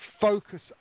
focus